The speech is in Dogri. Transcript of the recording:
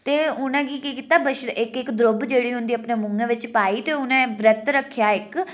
ते उ'नें केह् कीता इक इक द्रु'ब्ब जेह्ड़ी होंदी अपने मुंहें बिच पाई उ'नें व्रत रखेआ इक